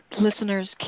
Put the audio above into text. listeners